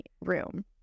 room